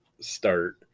start